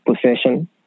possession